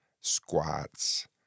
squats